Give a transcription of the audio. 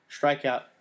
strikeout